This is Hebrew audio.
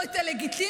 או את הלגיטימיות,